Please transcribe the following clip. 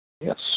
Yes